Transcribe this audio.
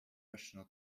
professional